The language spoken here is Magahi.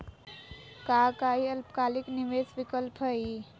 का काई अल्पकालिक निवेस विकल्प हई?